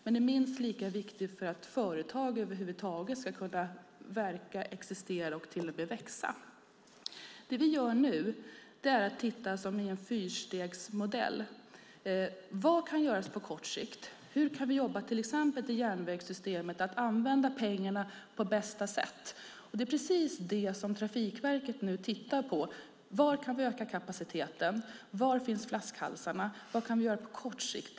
Men den är minst lika viktig för att företag över huvud taget ska kunna verka, existera och till och med växa. Det som vi gör nu är att se detta i en fyrstegsmodell. Vad kan göras på kort sikt? Hur kan vi jobba till exempel i järnvägssystemet för att använda pengarna på bästa sätt? Det är precis det som Trafikverket nu tittar på. Var kan vi öka kapaciteten? Var finns flaskhalsarna? Vad kan vi göra på kort sikt?